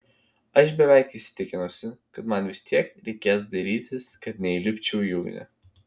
aš beveik įsitikinusi kad man vis tiek reikės dairytis kad neįlipčiau į ugnį